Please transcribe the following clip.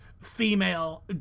female